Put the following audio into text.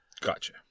gotcha